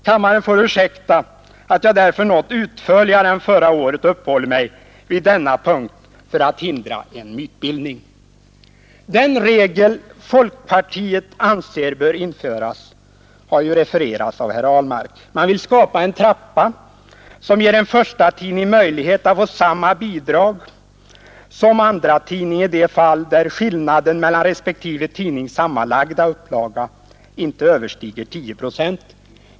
Kammaren får därför ursäkta att jag något utförligare än förra året uppehåller mig vid denna punkt för att hindra mytbildning. Den regel folkpartiet anser bör införas har refererats av herr Ahlmark. Man vill skapa en trappa som ger en förstatidning möjlighet att få samma bidrag som en andratidning i de fall där skillnaden mellan respektive tidnings sammanlagda upplaga inte överstiger 10 procent.